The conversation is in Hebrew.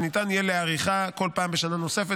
שניתן יהיה להאריכה כל פעם בשנה נוספת